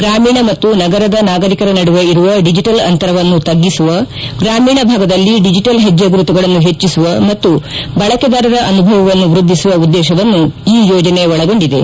ಗ್ರಾಮೀಣ ಮತ್ತು ನಗರದ ನಾಗರಿಕರ ನಡುವೆ ಇರುವ ಡಿಜಿಟಲ್ ಅಂತರವನ್ನು ತಗ್ಗಿಸುವ ಗ್ರಾಮೀಣ ಭಾಗದಲ್ಲಿ ಡಿಜಿಟಲ್ ಹೆಜ್ಜೆ ಗುರುತುಗಳನ್ನು ಹೆಚ್ಚಿಸುವ ಮತ್ತು ಬಳಕೆದಾರರ ಅನುಭವವನ್ನು ವೃದ್ದಿಸುವ ಉದ್ದೇಶವನ್ನು ಈ ಯೋಜನೆ ಒಳಗೊಂಡಿದೆ